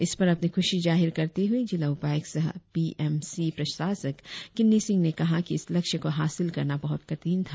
इसपर अपनी खूशी जाहिर करते हुए जिला उपायुक्त सह पी एम सी प्रशासक किन्नी सिंह ने कहा कि इस लक्ष्य को हासिल करना बहुत कठिन था